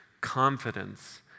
confidence